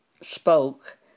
spoke